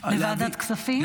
לוועדת כספים?